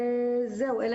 בתוך שגרת הלימודים שלנו,